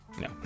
no